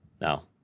No